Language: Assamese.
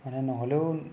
মানে নহ'লেও